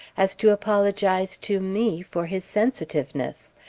as to apologize to me for his sensitiveness,